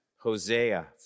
Hosea